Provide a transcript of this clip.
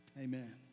amen